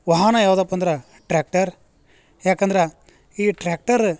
ವಾಹನ ಯಾವುದಪ್ಪ ಅಂದ್ರೆ ಟ್ರ್ಯಾಕ್ಟರ್ ಯಾಕಂದ್ರೆ ಈ ಟ್ರ್ಯಾಕ್ಟರ